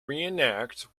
reenact